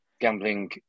gambling